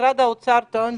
משרד האוצר טוען,